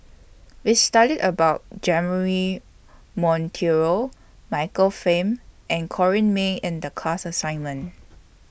We studied about Monteiro Michael Fam and Corrinne May in The class assignment